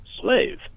slave